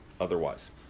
otherwise